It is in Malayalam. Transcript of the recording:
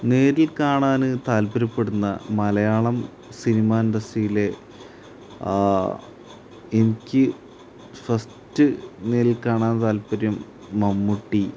നേരിൽ കാണാൻ താല്പര്യപ്പെടുന്ന മലയാളം സിനിമ ഇൻഡസ്ട്രിയിലെ ആ എനിക്ക് ഫസ്റ്റ് നേരിൽ കാണാൻ താത്പര്യം മമ്മൂട്ടി